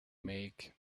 make